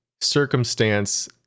circumstance